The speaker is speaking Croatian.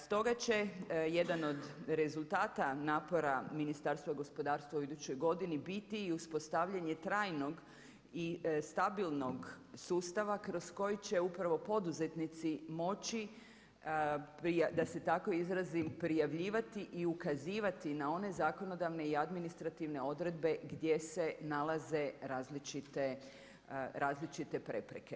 Stoga će jedan od rezultata napora Ministarstva gospodarstva u idućoj godini biti i uspostavljanje trajnog i stabilnog sustava kroz koji će upravo poduzetnici moći da se tako izrazim prijavljivati i ukazivati na one zakonodavne i administrativne odredbe gdje se nalaze različite prepreke.